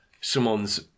someone's